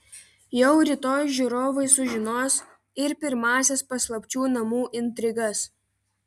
jau rytoj žiūrovai sužinos ir pirmąsias paslapčių namų intrigas